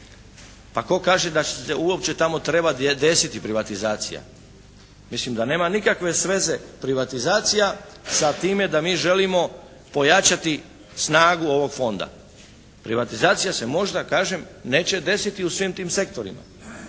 Tko kaže da će se uopće tamo trebati desiti privatizacija. Mislim da nema nikakve sveze privatizacija sa time da mi želimo pojačati snagu ovog Fonda. Privatizacija se možda kažem, neće desiti u svim tim sektorima.